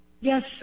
Yes